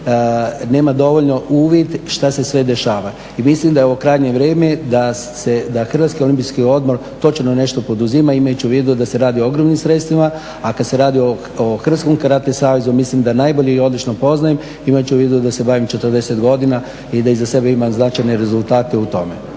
nema dovoljno uvid šta se sve dešava. I mislim da je ovo krajnje vrijeme da se, da Hrvatski olimpijski odbor točno nešto poduzima imajući u vidu da se radi o ogromnim sredstvima, a kad se radi o Hrvatskom karate savezu mislim da najbolje i odlično poznajem imajući u vidu da se bavim 40 godina i da iza sebe imam značajne rezultate u